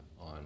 on